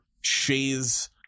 shay's